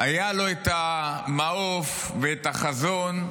היו לו את המעוף ואת החזון,